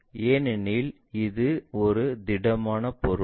ஏனெனில் இது ஒரு திடமான பொருள்